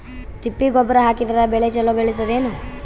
ತಿಪ್ಪಿ ಗೊಬ್ಬರ ಹಾಕಿದರ ಬೆಳ ಚಲೋ ಬೆಳಿತದೇನು?